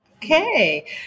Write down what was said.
Okay